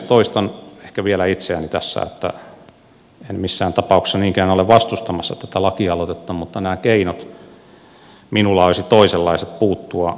toistan ehkä vielä itseäni tässä että en missään tapauksessa niinkään ole vastustamassa tätä lakialoitetta mutta minulla olisi toisenlaiset keinot puuttua näihin seksuaalirikoksiin ja niiden ennaltaehkäisyyn